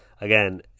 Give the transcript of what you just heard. again